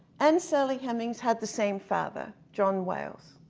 and sally hemings, had the same father, john wales.